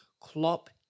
Klopp